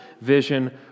vision